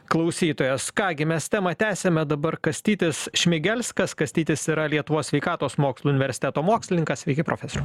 klausytojas ką gi mes temą tęsiame dabar kastytis šmigelskas kastytis yra lietuvos sveikatos mokslų universiteto mokslininkas sveiki profesoriau